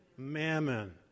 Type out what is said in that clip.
Mammon